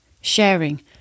sharing